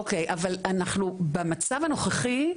אוקי אבל אנחנו במצב הנוכחי,